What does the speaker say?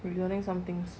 regarding some things